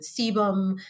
sebum